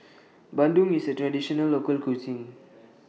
Bandung IS A Traditional Local Cuisine